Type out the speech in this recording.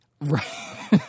Right